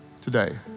today